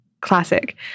classic